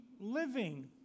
living